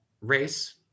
race